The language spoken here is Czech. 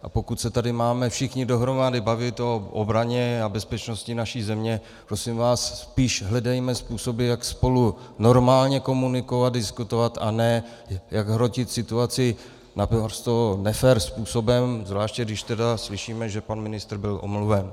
A pokud se tady máme všichni dohromady bavit o obraně a bezpečnosti naší země, prosím vás, spíš hledejme způsoby, jak spolu normálně komunikovat, diskutovat, a ne jak hrotit situaci naprosto nefér způsobem, zvláště když tedy slyšíme, že pan ministr byl omluven.